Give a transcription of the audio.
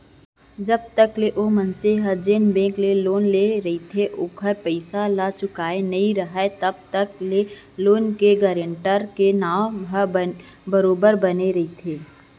जब तक ओ मनसे ह जेन बेंक ले लोन लेय रहिथे ओखर पइसा ल चुकाय नइ राहय तब तक ले लोन के गारेंटर के नांव ह बरोबर बने रहिथे